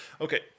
Okay